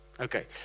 Okay